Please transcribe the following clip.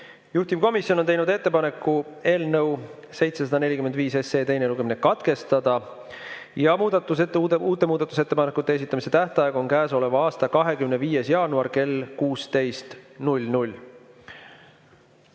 on teinud ettepaneku eelnõu 745 teine lugemine katkestada ja uute muudatusettepanekute esitamise tähtaeg on käesoleva aasta 25. jaanuar kell 16.